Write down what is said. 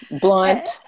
Blunt